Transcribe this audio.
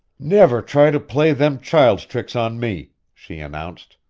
never try to play them child's tricks on me! she announced.